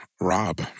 Rob